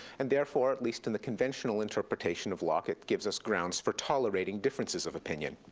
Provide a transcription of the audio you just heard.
and therefore, at least in the conventional interpretation of locke, it gives us grounds for tolerating differences of opinion.